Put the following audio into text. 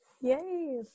Yay